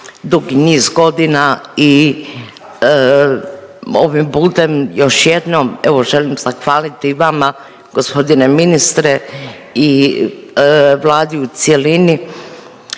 dugi niz godina i ovim putem još jednom evo želim zahvaliti i vama g. ministre i Vladi u cjelini